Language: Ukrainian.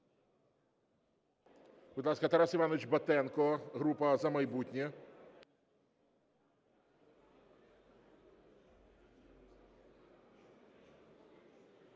Будь ласка, Тарас Іванович Батенко, група "За майбутнє".